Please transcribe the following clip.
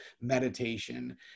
meditation